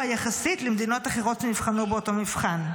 יחסית למדינות אחרות שנבחנו באותו מבחן.